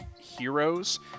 heroes